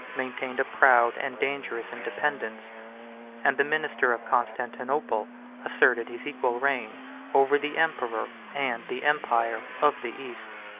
maintained a proud and dangerous independence and the minister of constantinople asserted his equal reign over the emperor, and the empire, of the east.